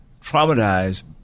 traumatized